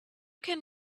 can